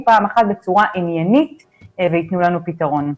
פעם אחת בצורה עניינית וייתנו לנו פתרון.